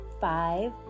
five